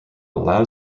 loud